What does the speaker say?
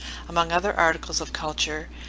among other articles of culture,